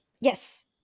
Yes